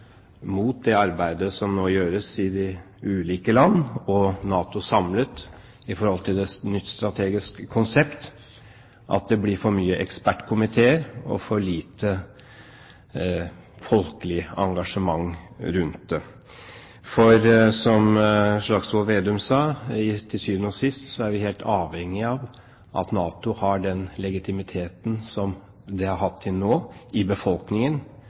mot det arbeidet som nå gjøres i de ulike land og NATO samlet, i forhold til nytt strategisk konsept, at det blir for mye ekspertkomiteer og for lite folkelig engasjement rundt det. Som Slagsvold Vedum sa: Til syvende og sist er vi helt avhengige av at NATO har den legitimiteten som det har hatt til nå i befolkningen,